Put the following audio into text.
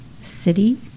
city